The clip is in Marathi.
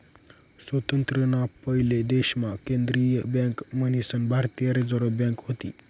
स्वातंत्र्य ना पयले देश मा केंद्रीय बँक मन्हीसन भारतीय रिझर्व बँक व्हती